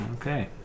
Okay